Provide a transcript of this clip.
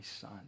son